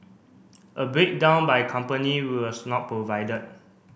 a breakdown by company was not provided